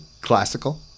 Classical